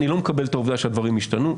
אני לא מקבל את העובדה שהדברים השתנו.